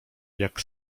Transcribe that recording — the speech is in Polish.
jak